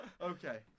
Okay